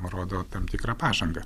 rodo tam tikrą pažangą